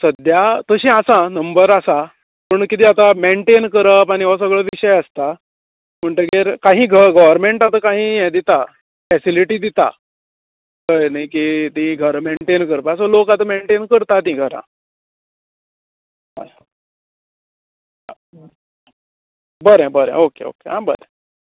सद्या तशीं आसा नंबर आसा पूण कितें आसा मेन्टेन करप आनी हो सगळो विशय आसता म्हटगीर काही गोवो गव्हरमेंट आतां काही हे दिता फेसिलीटी दिता कळ्ळें न्ही की तीं घर मेन्टेन करपा सो लोक आतां मेन्टेन करतात तीं घरां हय बरें बरें ओके ओके आं बरें